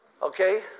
Okay